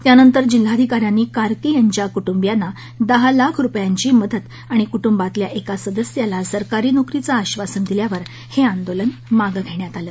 त्यानंतर जिल्हाधिकाऱ्यांनी कारके यांच्या कुटुंबियांना दहा लाख रुपयांची मदत आणि कुटुंबातल्या एका सदस्याला सरकारी नोकरीचं आक्षासन दिल्यानंतर हे आंदोलन मागं घेण्यात आलं